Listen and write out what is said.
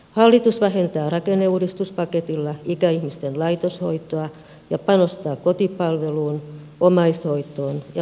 hallitus vähentää rakenneuudistuspaketilla ikäihmisten laitoshoitoa ja panostaa kotipalveluun omaishoitoon ja palveluasumiseen